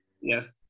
Yes